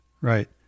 right